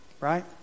right